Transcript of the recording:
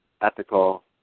ethical